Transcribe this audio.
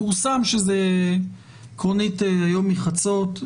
פורסם שזה עקרונית היום מחצות.